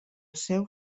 seu